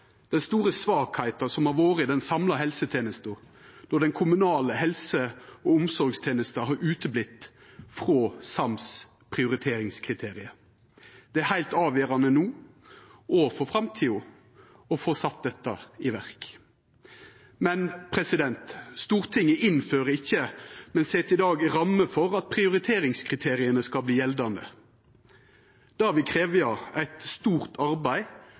den store svakheita som har vore i den samla helsetenesta, då den kommunale helse- og omsorgstenesta ikkje har vore med i det sams prioriteringskriteriet. Det er heilt avgjerande no og for framtida å få sett dette i verk. Stortinget innfører ikkje, men set i dag rammer for at prioriteringskriteria skal vera gjeldande. Det vil krevja eit stort arbeid